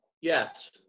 Yes